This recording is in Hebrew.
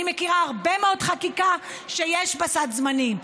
אני מכירה הרבה מאוד חקיקה שיש בה סד זמנים.